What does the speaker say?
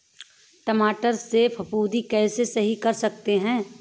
टमाटर से फफूंदी कैसे सही कर सकते हैं?